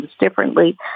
differently